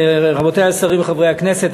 רבותי השרים וחברי הכנסת,